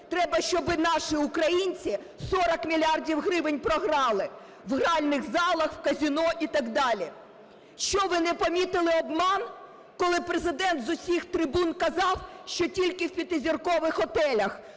треба щоби наші українці 40 мільярдів гривень програли в гральних залах, в казино і так далі. Що, ви не помітили обман, коли Президент з усіх трибун казав, що тільки в п'ятизіркових готелях